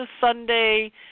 sunday